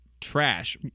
Trash